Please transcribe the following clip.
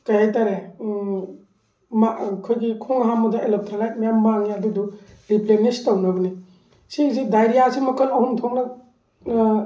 ꯀꯩ ꯍꯥꯏꯇꯥꯔꯦ ꯑꯩꯈꯣꯏꯒꯤ ꯈꯣꯡ ꯍꯥꯝꯕꯗ ꯏꯂꯦꯛꯇ꯭ꯔꯣꯂꯥꯏꯠ ꯃꯌꯥꯝ ꯃꯥꯡꯉꯦ ꯑꯗꯨꯗꯨ ꯔꯤꯄ꯭ꯂꯦꯅꯤꯁ ꯇꯧꯅꯕꯅꯤ ꯁꯤꯁꯦ ꯗꯥꯏꯔꯤꯌꯥꯁꯤ ꯃꯈꯜ ꯑꯍꯨꯝꯊꯣꯛꯅ